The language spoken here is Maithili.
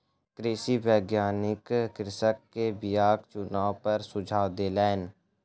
कृषि वैज्ञानिक कृषक के बीयाक चुनाव पर सुझाव देलैन